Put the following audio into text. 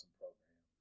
program